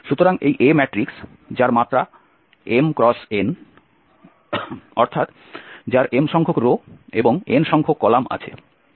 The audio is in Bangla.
সুতরাং এই A ম্যাট্রিক্স যার মাত্রা m × n অর্থাৎ যার m সংখ্যক রো এবং n সংখ্যক কলাম আছে